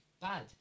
bad